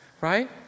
right